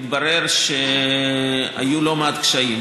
התברר שהיו לא מעט קשיים.